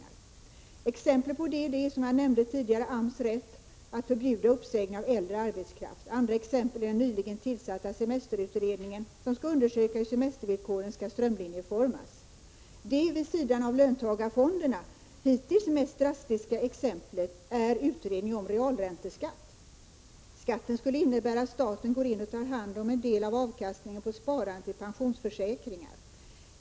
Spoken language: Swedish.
Ett exempel på detta är, som jag nämnde tidigare, AMS rätt att förbjuda uppsägning av äldre arbetskraft. Ett annat exempel är den nyligen tillsatta semesterutredningen, som skall undersöka hur semestervillkoren skall kunna strömlinjeformas. Det vid sidan av löntagarfonderna hittills mest drastiska exemplet är utredningen om realränteskatt. Skatten skulle innebära att staten går in och tar hand om en del av avkastningen på sparandet till pensionsförsäkringar.